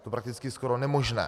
To je prakticky skoro nemožné.